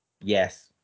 Yes